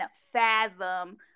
fathom